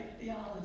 theology